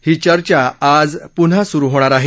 ही चर्चा आज पुन्हा सुरु होणार आहे